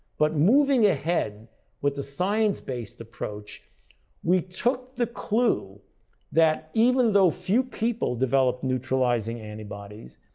but moving ahead with the science-based approach we took the clue that even though few people developed neutralizing antibodies,